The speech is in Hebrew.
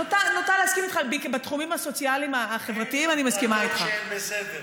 איילת נחמיאס ורבין (המחנה הציוני): אין הפרטות שהן בסדר.